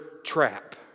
Trap